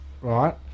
right